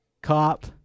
Cop